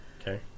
Okay